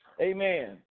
Amen